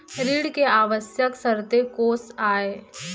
ऋण के आवश्यक शर्तें कोस आय?